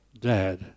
dad